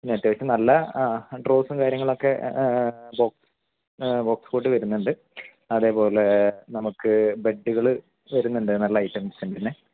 പിന്നെ അത്യാവശ്യം നല്ല ഡ്രോസും കാര്യങ്ങളൊക്കെ ബോക്സ്കോട്ട് വരുന്നുണ്ട് അതേപോലെ നമുക്ക് ബെഡ്കൾ വരുന്നുണ്ട് നല്ലൈറ്റം പിന്നെ